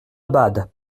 abad